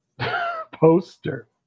poster